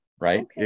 right